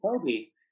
Toby